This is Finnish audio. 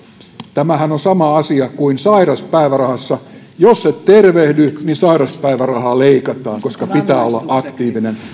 tämähän on sama asia kuin sairauspäivärahassa jos et tervehdy niin sairauspäivärahaa leikataan koska pitää olla aktiivinen